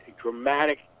dramatic